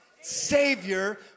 Savior